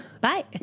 Bye